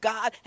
God